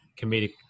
comedic